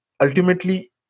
ultimately